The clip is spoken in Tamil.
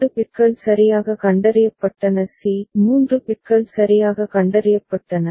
எனவே அது பி 2 பிட்கள் சரியாக கண்டறியப்பட்டன c 3 பிட்கள் சரியாக கண்டறியப்பட்டன